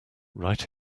right